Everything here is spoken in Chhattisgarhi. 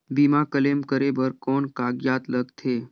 बीमा क्लेम करे बर कौन कागजात लगथे?